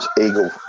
eagle